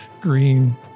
green